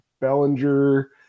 Bellinger